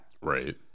Right